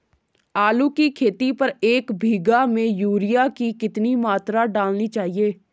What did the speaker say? आलू की खेती पर एक बीघा में यूरिया की कितनी मात्रा डालनी चाहिए?